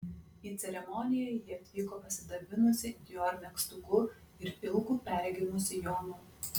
į ceremoniją ji atvyko pasidabinusi dior megztuku ir ilgu perregimu sijonu